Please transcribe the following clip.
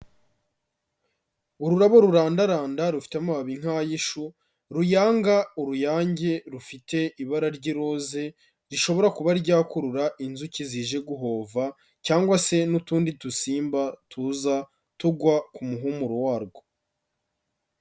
Ururabo rurandaranda rufite amababi nk'ay'ishu, ruyanga uruyange rufite ibara ry'iroza, rishobora kuba ryakurura inzuki zije guhova cyangwa se n'utundi dusimba tuza tugwa ku muhumuro warwo.